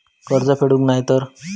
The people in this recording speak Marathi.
कर्ज फेडूक नाय तर?